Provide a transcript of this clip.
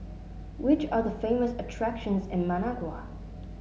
which are the famous attractions in Managua